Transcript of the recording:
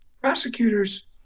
Prosecutors